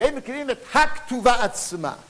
הם מכירים את הכתובה עצמה